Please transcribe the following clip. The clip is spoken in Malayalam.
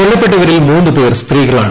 കൊല്ലപ്പെട്ടവരിൽ ദ പേർ സ്ത്രീകളാണ്